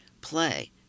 play